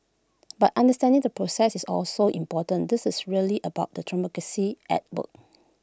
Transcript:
but understanding the process is also important this is really about the democracy at work